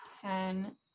ten